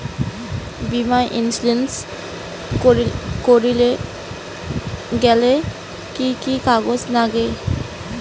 বীমা ইন্সুরেন্স করির গেইলে কি কি কাগজ নাগে?